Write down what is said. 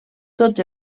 tots